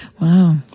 Wow